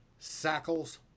Sackles